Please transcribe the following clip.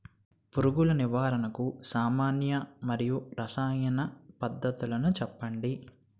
పురుగుల నివారణకు సామాన్య మరియు రసాయన పద్దతులను చెప్పండి?